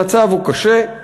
המצב קשה,